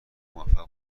موفق